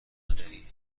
ندهی